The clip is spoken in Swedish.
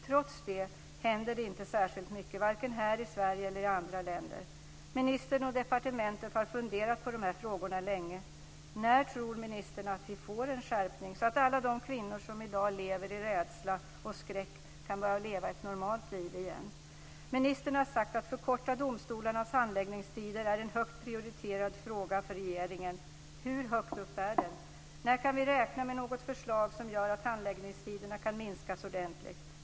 Trots det händer det inte särskilt mycket vare sig här i Sverige eller i andra länder. Ministern och departementet har funderat på dessa frågor länge. När tror ministern att vi får en skärpning så att alla de kvinnor som i dag lever i rädsla och skräck kan börja leva ett normalt liv igen? Ministern har sagt det är en högt prioriterad fråga för regeringen att förkorta domstolarnas handläggningstider. Hur högt prioriterad är den? När kan vi räkna med något förslag som gör att handläggningstiderna minskas ordentligt?